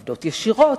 עובדות ישירות,